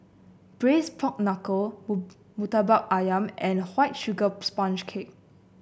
Braised Pork Knuckle murtabak ayam and White Sugar Sponge Cake